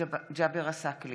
וג'אבר עסאקלה